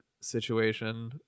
situation